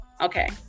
Okay